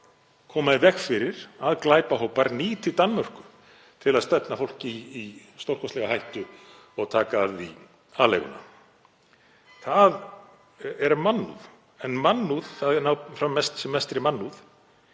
koma í veg fyrir að glæpahópar nýti Danmörku til að stefna fólki í stórkostlega hættu og taka af því aleiguna. Það er mannúð. Það að ná sem mestri mannúð